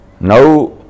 Now